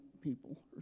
people